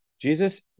Jesus